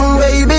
baby